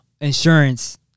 insurance